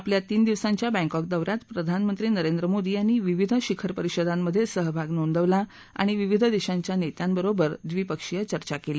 आपल्या तीन दिवसांच्या बँकॉक दौऱ्यात प्रधानमंत्री नरेंद्र मोदी यांनी विविध शिखर परिषदांमधसिहभाग नोंदवला आणि विविध दशीच्या नस्यिांबरोबर द्विपक्षीय चर्चा क्रली